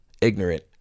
ignorant